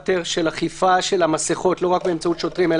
לא רק באמצעות שוטרים,